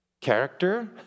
Character